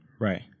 Right